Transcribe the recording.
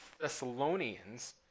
Thessalonians